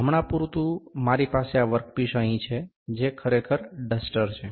હમણાં પૂરતું મારી પાસે આ વર્કપીસ અહીં છે જે ખરેખર ડસ્ટર છે